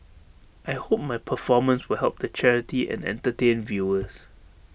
I hope my performance will help the charity and entertain viewers